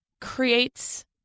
creates